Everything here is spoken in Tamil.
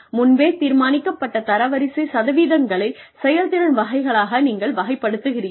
முன்பே தீர்மானிக்கப்பட்ட தரவரிசை சதவீதங்களை செயல்திறன் வகைகளாக நீங்கள் வகைப்படுத்துகிறீர்கள்